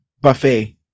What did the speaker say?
buffet